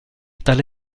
tale